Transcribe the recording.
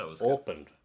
opened